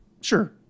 Sure